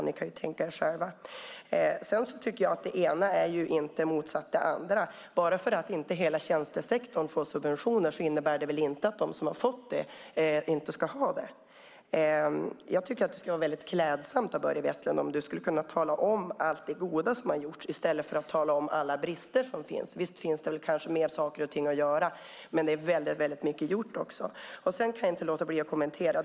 Ni kan tänka er själva vad som skulle hända. Det ena är inte motsatt det andra. Bara för att inte hela tjänstesektorn får subventioner innebär det väl inte att de som har fått det inte ska ha det. Det skulle vara väldigt klädsamt, Börje Vestlund, om du skulle kunna tala om allt det goda som har gjorts i stället för att tala om alla brister. Visst finns det mer saker och ting att göra, men det är också väldigt mycket gjort. Jag kan inte låta bli att kommentera en sak.